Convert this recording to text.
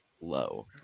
low